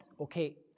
Okay